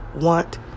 want